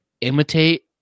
imitate